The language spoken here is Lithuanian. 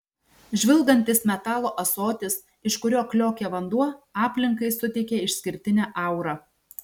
žvilgantis metalo ąsotis iš kurio kliokia vanduo aplinkai suteikia išskirtinę aurą